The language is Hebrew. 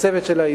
הצוות שלה,